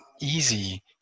easy